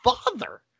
father